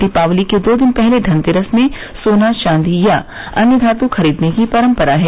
दीपावली से दो दिन पहले धनतेरस में सोना चांदी या अन्य धातु खरीदने की परंपरा है